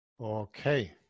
Okay